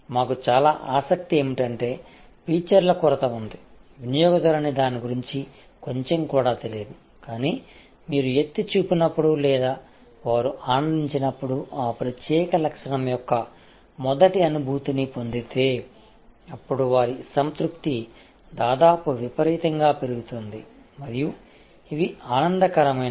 మాకు చాలా ఆసక్తి ఏమిటంటే ఫీచర్ల కొరత ఉంది వినియోగదారుని దాని గురించి కొంచెం కూడా తెలియలేదు కానీ మీరు ఎత్తి చూపినప్పుడు లేదా వారు ఆనందించినప్పుడు ఆ ప్రత్యేక లక్షణం యొక్క మొదటి అనుభూతిని పొందితే అప్పుడు వారి సంతృప్తి దాదాపుగా విపరీతంగా పెరుగుతుంది మరియు ఇవి ఆనందకరమైనవి